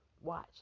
Watch